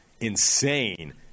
insane